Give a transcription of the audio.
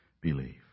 believe